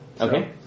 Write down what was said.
Okay